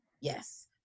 yes